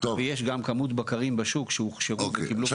ויש גם כמות בקרים בשוק שהוכשרו וקיבלו --- אני חוזר למורשה להיתר.